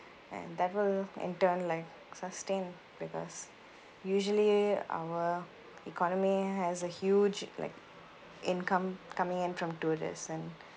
and that will in turn like sustain because usually our economy has a huge like income coming in from tourist and